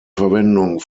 verwendung